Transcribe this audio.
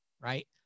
right